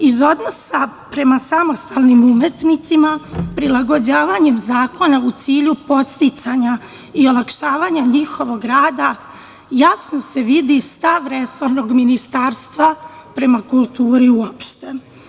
Iz odnosa prema samostalnim umetnicima, prilagođavanjem zakona u cilju podsticanja i olakšavanja njihovog rada, jasno se vidi stav resornog ministarstva prema kulturi uopšte.